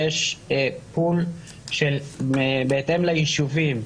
יש פול בהתאם ליישובים,